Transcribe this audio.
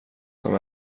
som